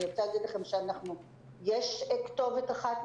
יש כתובת אחת,